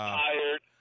tired